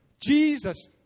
Jesus